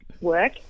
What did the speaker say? Work